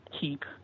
keep